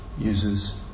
uses